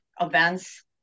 events